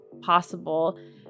possible